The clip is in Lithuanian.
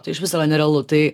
tai išvis yra nerealu tai